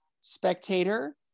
spectator